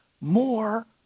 more